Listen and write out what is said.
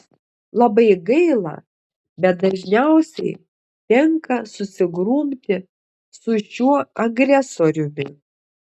labai gaila bet dažniausiai tenka susigrumti su šiuo agresoriumi